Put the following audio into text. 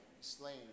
slain